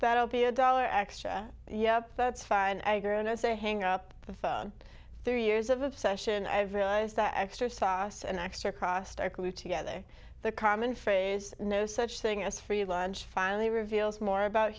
that'll be a dollar extra yup that's fine agger and i say hang up the phone thirty years of obsession i've realized that extra sauce and extra crossed our crew together the common phrase no such thing as free lunch finally reveals more about